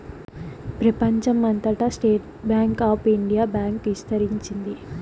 ప్రెపంచం అంతటా State Bank of India bank ఇస్తరించింది